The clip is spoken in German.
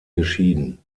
geschieden